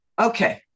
Okay